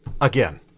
again